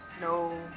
no